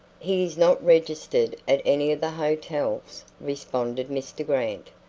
he is not registered at any of the hotels, responded mr. grant,